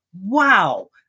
wow